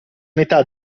metà